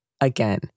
Again